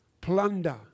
plunder